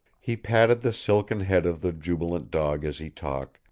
he patted the silken head of the jubilant dog as he talked,